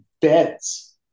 beds